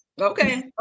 Okay